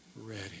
ready